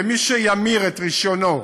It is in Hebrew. ומי שימיר את רישיונו,